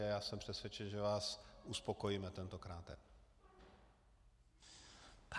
A jsem přesvědčen, že vás uspokojíme tentokráte.